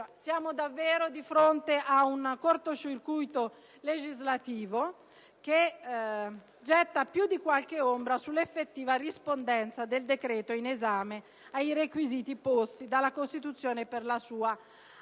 Siamo davvero di fronte a un corto circuito legislativo che getta più di qualche ombra sull'effettiva rispondenza del decreto in esame ai requisiti posti dalla Costituzione per la sua adozione